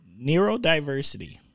Neurodiversity